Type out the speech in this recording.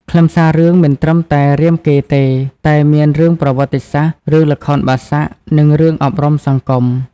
ខ្លឹមសាររឿងមិនត្រឹមតែរាមកេរ្តិ៍ទេ តែមានរឿង ប្រវត្តិសាស្ត្រ រឿង ល្ខោនបាសាក់ និង រឿងអប់រំសង្គម។